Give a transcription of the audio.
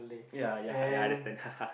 ya ya ya I understand